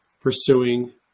pursuing